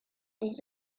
des